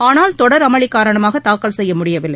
ஆனால் தொடர் அமளி காரணமாக தாக்கல் செய்ய முடியவில்லை